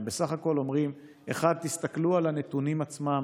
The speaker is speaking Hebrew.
הם בסך הכול אומרים: 1. תסתכלו על הנתונים עצמם,